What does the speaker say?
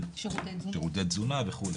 שירותי תזונה וכו'.